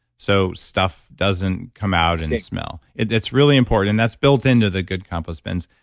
so, stuff doesn't come out and smell. it's really important, and that's built into the good compost bins.